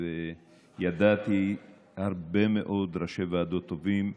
וידעתי הרבה מאוד ראשי ועדות טובים,